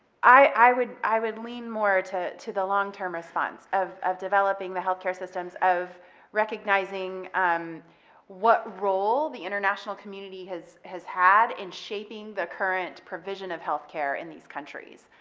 i would i would lean more to to the long term response of of developing the healthcare systems, of recognizing um what role the international community has has had in shaping the current provision of healthcare in these countries,